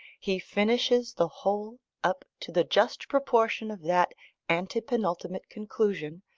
he finishes the whole up to the just proportion of that ante-penultimate conclusion,